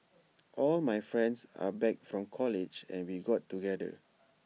all my friends are back from college and we got together